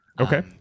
Okay